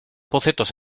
bocetos